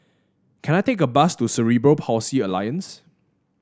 can I take a bus to Cerebral Palsy Alliance